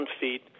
feet